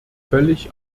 völlig